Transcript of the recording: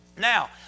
Now